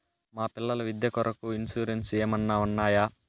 మా పిల్లల విద్య కొరకు ఇన్సూరెన్సు ఏమన్నా ఉన్నాయా?